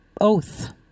oath